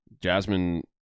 Jasmine